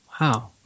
Wow